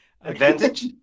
advantage